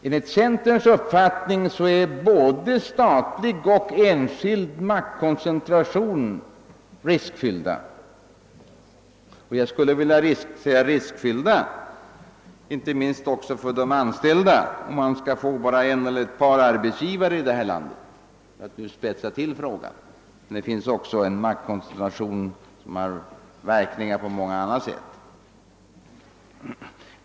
Enligt centerns uppfattning är både statlig och enskild maktkoncentration riskfylld, inte minst för de anställda som då kan komma att få bara en eller ett par arbetsgivare i detta land, för att spetsa till det. Men maktkoncentrationen har naturligtvis också många andra verkningar.